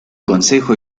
consejo